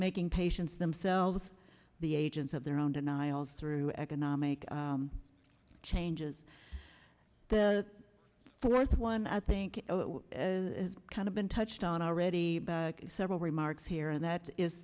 making patients themselves the agents of their own denials through economic changes the fourth one i think kind of been touched on already by several remarks here and that is